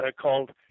called